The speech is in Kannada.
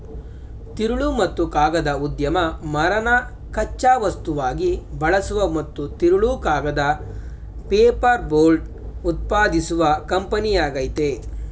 ತಿರುಳು ಮತ್ತು ಕಾಗದ ಉದ್ಯಮ ಮರನ ಕಚ್ಚಾ ವಸ್ತುವಾಗಿ ಬಳಸುವ ಮತ್ತು ತಿರುಳು ಕಾಗದ ಪೇಪರ್ಬೋರ್ಡ್ ಉತ್ಪಾದಿಸುವ ಕಂಪನಿಯಾಗಯ್ತೆ